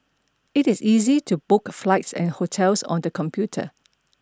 it is easy to book flights and hotels on the computer